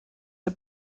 der